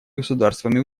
государствами